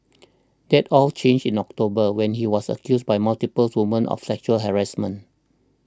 that all changed in October when he was accused by multiple women of sexual harassment